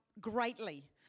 greatly